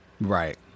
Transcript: Right